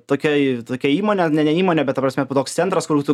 tokia tokia įmonė ne ne įmonė bet ta prasme toks centras kur tu